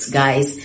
guys